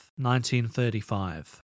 1935